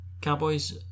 Cowboys